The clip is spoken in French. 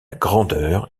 grandeur